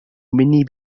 مني